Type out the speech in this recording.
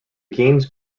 games